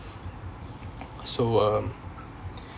so uh